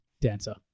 dancer